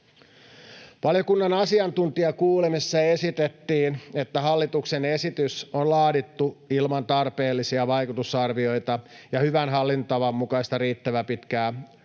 Valiokunnan asiantuntijakuulemisessa esitettiin, että hallituksen esitys on laadittu ilman tarpeellisia vaikutusarvioita ja hyvän hallintotavan mukaista riittävän pitkää lausuntoaikaa.